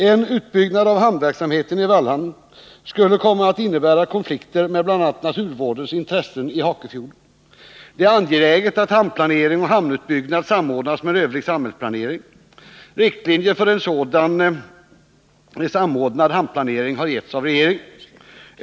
En utbyggnad av hamnverksamheten i Vallhamn skulle komma att innebära konflikter med bl.a. naturvårdens intressen i Hakefjorden. Det är angeläget att hamnplanering och hamnutbyggnad samordnas med övrig samhällsplanering. Riktlinjer för en sådan samordnad hamnplanering har getts av regeringen.